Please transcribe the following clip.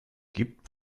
gibt